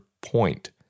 point